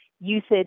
usage